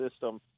system